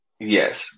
yes